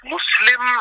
Muslim